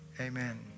amen